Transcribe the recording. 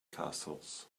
castles